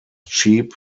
cheap